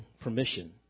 permission